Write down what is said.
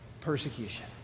Persecution